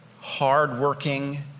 hardworking